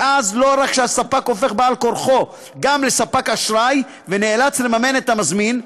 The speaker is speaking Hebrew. ואז לא רק שהספק הופך בעל כורחו גם לספק אשראי ונאלץ לממן את המזמין,